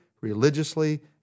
religiously